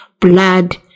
blood